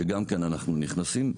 שגם כן אנחנו נכנסים.